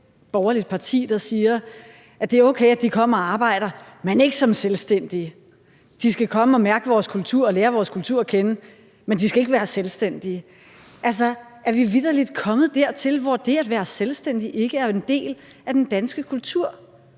borgerligt parti, der siger, at det er okay, at de kommer og arbejder, men ikke som selvstændige. De skal komme og mærke vores kultur og lære vores kultur at kende, men de skal ikke være selvstændige. Altså, er vi vitterlig kommet dertil, hvor det at være selvstændig ikke er en del af den danske kultur,